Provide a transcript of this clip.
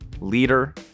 leader